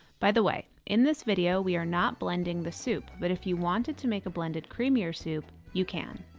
by the way, in this video, we are not blending the soup, but if you wanted to make a blended creamier soup, you can.